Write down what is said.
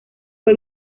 fue